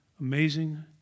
amazing